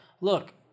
look